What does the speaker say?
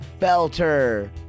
Belter